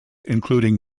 including